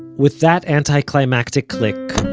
with that anticlimactic click,